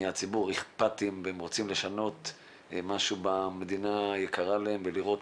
מהציבור אכפתיים והם רוצים לשנות משהו במדינה היקרה להם ולראות,